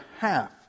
half